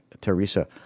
Teresa